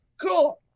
cool